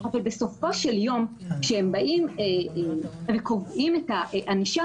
אבל בסופו של יום כשהם קובעים את הענישה